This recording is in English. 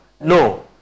No